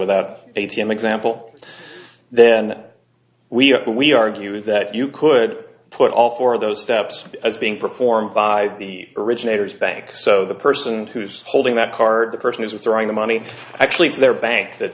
without a t m example then we're we argue that you could put all four of those steps as being performed by the originators bank so the person who's holding that card the person who's withdrawing the money actually it's their bank that